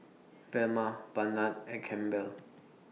Velma Barnard and Campbell